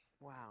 Wow